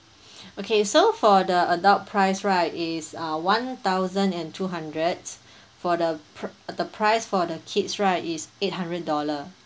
okay so for the adult price right is uh one thousand and two hundred for the the price for the kids right is eight hundred dollar